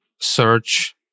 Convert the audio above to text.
search